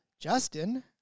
Justin